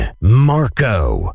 Marco